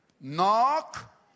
knock